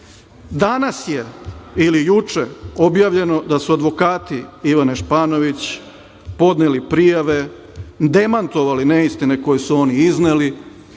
Danas je ili juče objavljeno da su advokati Ivane Španović podneli prijave, demantovali neistine koje su oni izneli